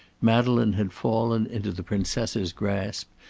madeleine had fallen into the princess's grasp,